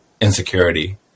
insecurity